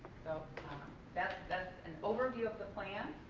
so that's that's an overview of the plan.